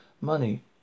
Money